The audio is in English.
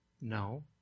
No